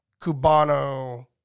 Cubano